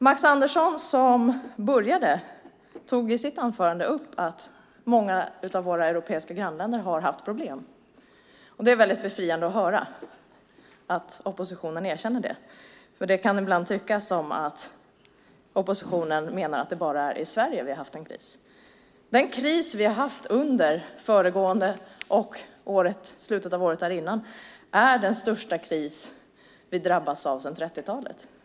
Max Andersson tog i sitt anförande upp att många av våra europeiska grannar har haft problem. Det är befriande att höra att oppositionen erkänner det. Det kan ibland tyckas som att oppositionen menar att det bara är i Sverige det har varit en kris. Den kris vi haft under föregående år och i slutet av året dessförinnan är den största kris vi drabbats av sedan 30-talet.